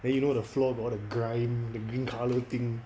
then you know the floor the grains the green colour thing